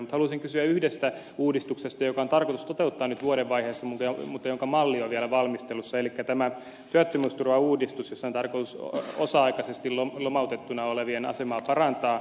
mutta haluaisin kysyä yhdestä uudistuksesta joka on tarkoitus toteuttaa vuodenvaihteessa mutta jonka malli on vielä valmistelussa elikkä tästä työttömyysturvauudistuksesta jossa on tarkoitus osa aikaisesti lomautettuna olevien asemaa parantaa